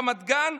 רמת גן,